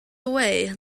away